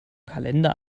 kalender